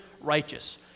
righteous